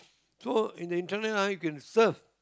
so in the internet ah you can surf